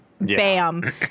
bam